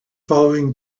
following